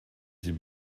sie